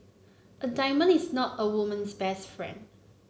a diamond is not a woman's best friend